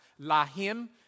Lahim